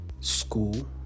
school